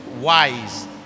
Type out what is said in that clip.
wise